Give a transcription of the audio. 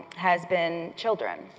has been children.